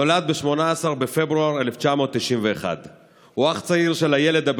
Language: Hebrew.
הוא נולד ב-18 בפברואר 1991. הוא אח צעיר של איילת,